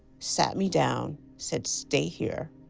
sat me down, said, stay here.